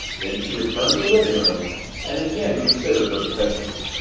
then she returned to the living-room and again considered her defenses.